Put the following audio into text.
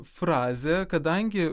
frazė kadangi